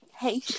Hey